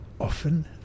often